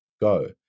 go